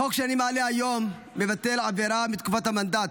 החוק שאני מעלה היום מבטל עבירה מתקופת המנדט.